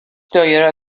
دائره